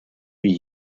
wie